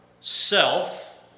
self